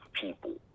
people